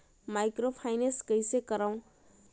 Microfinance कइसे करव?